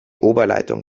oberleitung